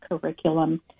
curriculum